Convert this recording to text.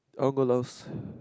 I want go Laos